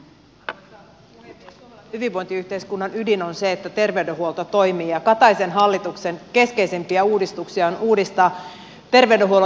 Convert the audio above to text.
suomalaisen hyvinvointiyhteiskunnan ydin on se että terveydenhuolto toimii ja kataisen hallituksen keskeisimpiä uudistuksia on uudistaa terveydenhuollon järjestäminen